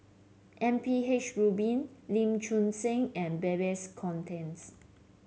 M P H Rubin Lee Choon Seng and Babes Conde